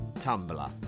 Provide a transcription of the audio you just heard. Tumblr